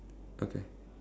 okay